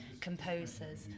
composers